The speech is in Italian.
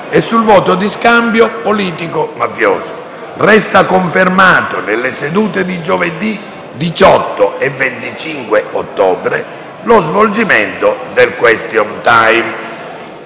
e sul voto di scambio politico-mafioso. Resta confermato nelle sedute di giovedì 18 e 25 ottobre lo svolgimento del *question time.*